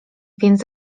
więc